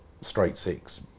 straight-six